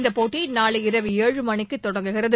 இந்தப்போட்டிநாளை இரவு ஏழு மணிக்குத் தொடங்குகிறது